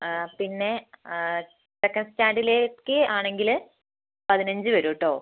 പിന്നെ സെക്കൻറ് സ്റ്റാന്റേർഡിലേക്ക് ആണെങ്കിൽ പതിനഞ്ച് വരും കേട്ടോ